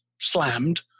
slammed